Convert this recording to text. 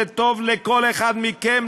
זה טוב לכל אחד מכם,